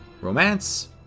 romance